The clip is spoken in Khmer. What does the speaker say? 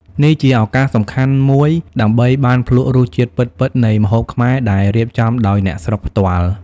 នេះជាឱកាសសំខាន់មូយដើម្បីបានភ្លក្សរសជាតិពិតៗនៃម្ហូបខ្មែរដែលរៀបចំដោយអ្នកស្រុកផ្ទាល់ ។